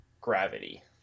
gravity